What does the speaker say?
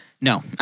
No